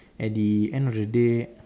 at the end of the day